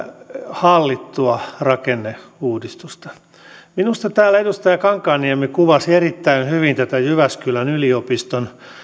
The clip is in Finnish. hallittua rakenneuudistusta minusta täällä edustaja kankaanniemi kuvasi erittäin hyvin tätä jyväskylän yliopiston